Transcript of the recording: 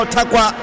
Takwa